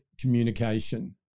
communication